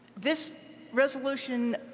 this resolution